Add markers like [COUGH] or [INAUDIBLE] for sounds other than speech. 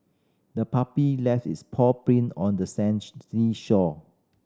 the puppy left its paw print on the [UNINTELLIGIBLE] shore